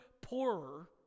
poorer